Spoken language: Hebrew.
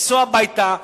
לנסוע הביתה,